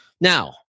Now